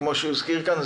כפי שהוא הזכיר כאן,